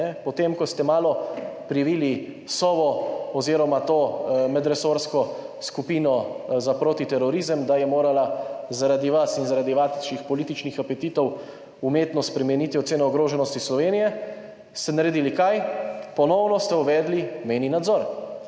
potem, ko ste malo privili Sovo oziroma to medresorsko skupino za protiterorizem, da je morala zaradi vas in zaradi vaših političnih apetitov umetno spremeniti oceno ogroženosti Slovenije – ste naredili kaj? Ponovno ste uvedli mejni nadzor.